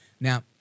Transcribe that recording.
Now